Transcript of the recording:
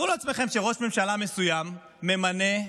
תארו לעצמכם שראש ממשלה מסוים ממנה,